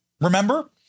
Remember